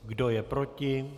Kdo je proti?